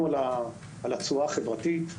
דיברנו על התשואה החברתית,